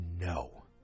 no